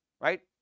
right